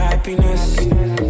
Happiness